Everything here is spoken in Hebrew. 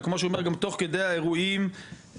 וכמו שהוא אומר גם תוך כדי האירועים את